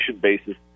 basis